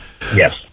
Yes